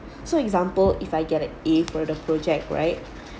so example if I get a A for the project right